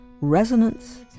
resonance